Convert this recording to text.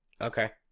Okay